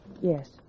Yes